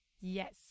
Yes